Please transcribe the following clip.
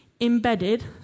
embedded